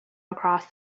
across